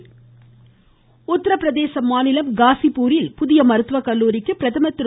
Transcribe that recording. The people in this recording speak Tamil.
பிரதமர் உத்தரப்பிரதேச மாநிலம் காசிப்பூரில் புதிய மருத்துவக்கல்லூரிக்கு பிரதமர் திரு